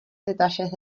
detalles